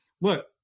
look